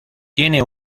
tiene